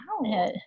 Wow